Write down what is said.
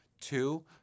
Two